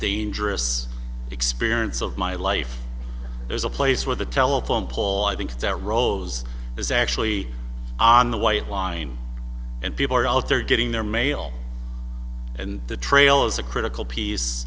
dangerous experience of my life there's a place where the telephone pole i think that rolls is actually on the white line people are out there getting their mail on the trail is a critical piece